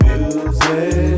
Music